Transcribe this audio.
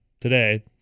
today